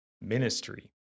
ministry